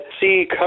see